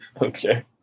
okay